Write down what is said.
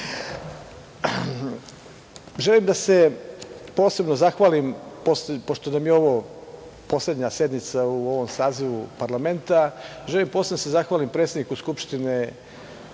i da bude dobrog proizvoda. Pošto nam je ovo poslednja sednica u ovom sazivu parlamenta, želim posebno da se zahvalim predsedniku Skupštine